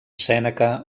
sèneca